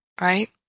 right